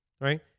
right